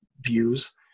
views